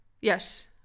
yes